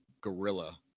gorilla